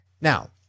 Now